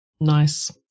Nice